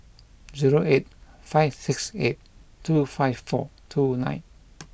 zero eight five six eight two five four two nine